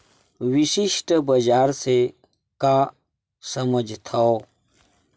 विशिष्ट बजार से का समझथव?